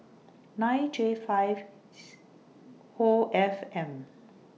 nine J five O F M